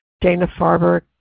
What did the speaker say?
Dana-Farber